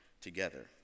together